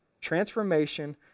Transformation